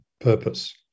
purpose